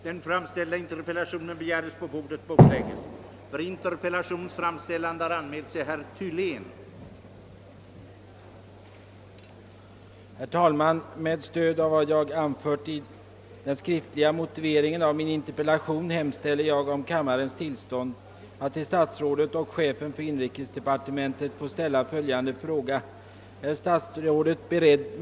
Herr talman! Herr Tobé har frågat mig, om jag avser att vidta några åtgärder för att få kontroll över trafiken med översnöfordon, därvid behörig hänsyn tas till nyttotrafiken men där starka restriktioner införs för annan trafik med dessa fordon. Den 26 april i år uppdrog Kungl. Maj:t åt motorredskapsutredningen att, med beaktande i tillämpliga delar av de direktiv som gäller för utredningen i Övrigt, företa en översyn av den rätts liga regleringen i fråga om sådana fordon som herr Tobé avser.